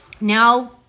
now